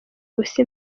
ubusa